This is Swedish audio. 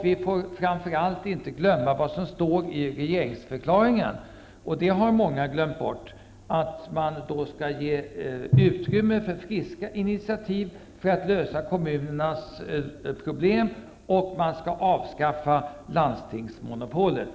Vi får framför allt inte glömma vad som står i regeringsförklaringen -- och det har många glömt bort -- att man skall ge utrymme för friska initiativ för att lösa kommunernas problem och att man skall avskaffa landstingsmonopolet.